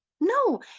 No